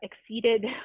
exceeded